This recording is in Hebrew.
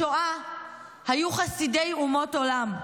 בשואה היו חסידי אומות עולם,